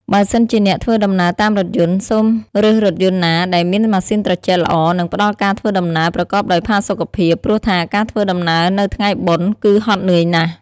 បើសិនជាអ្នកធ្វើដំណើរតាមរថយន្ត សូមរើសរថយន្តណាដែលមានម៉ាស៊ីនត្រជាក់ល្អនិងផ្ដល់ការធ្វើដំណើរប្រកបដោយផាសុកភាព ព្រោះថាការធ្វើដំណើរនៅថ្ងៃបុណ្យគឺហត់នឿយណាស់។